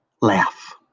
Laugh